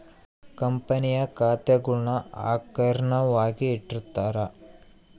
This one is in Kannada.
ಕಂಪನಿಯ ಖಾತೆಗುಳ್ನ ಆರ್ಕೈವ್ನಾಗ ಇಟ್ಟಿರ್ತಾರ